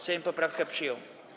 Sejm poprawkę przyjął.